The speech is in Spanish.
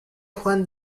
juan